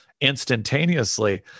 instantaneously